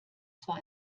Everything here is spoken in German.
zwar